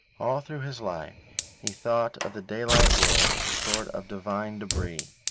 all through his life he thought of the daylight world as a sort of divine debris,